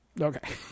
Okay